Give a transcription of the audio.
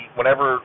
whenever